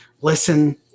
listen